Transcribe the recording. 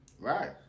Right